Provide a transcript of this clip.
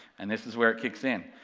and this is where it kicks in,